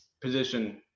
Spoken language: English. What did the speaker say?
position